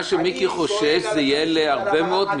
מה שמיקי חושד יהיה להרבה מאוד מקרים.